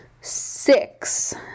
six